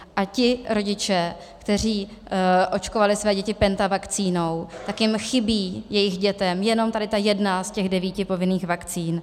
A ti rodiče, kteří očkovali své děti pentavakcínou, tak chybí jejich dětem jenom tady ta jedna z těch devíti povinných vakcín.